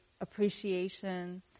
appreciation